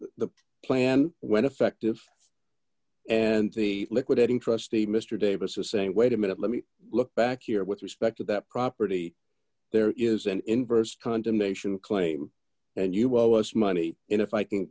the plan when effective and the liquidating trustee mr davis is saying wait a minute let me look back here with respect to that property there is an inverse condemnation claim and you owe us money and if i can